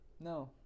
No